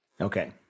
Okay